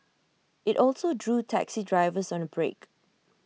IT also drew taxi drivers on A break